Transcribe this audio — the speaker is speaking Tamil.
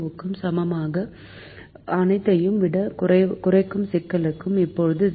க்கு சமமான அனைத்தையும் விடக் குறைக்கும் சிக்கலாகும் இப்போது 0